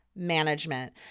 management